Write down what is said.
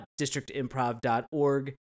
districtimprov.org